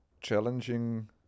challenging